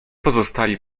pozostali